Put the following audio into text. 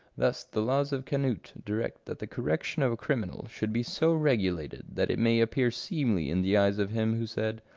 thus the laws of canute direct that the correction of a criminal should be so regulated that it may appear seemly in the eyes of him who said,